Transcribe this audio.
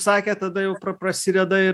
sakėt tada jau prasideda ir